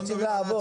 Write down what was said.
רוצים לעבוד.